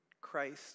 Christ